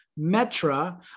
Metra